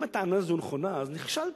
אם הטענה הזאת נכונה, אז נכשלתם.